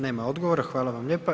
Nema odgovora, hvala vam lijepa.